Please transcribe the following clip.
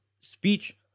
speech